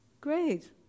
Great